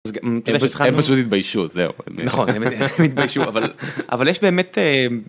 הם פשוט התביישו, זהו... נכון, הם, הם התביישו. אבל, אבל יש באמת אה...